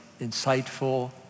insightful